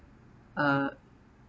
uh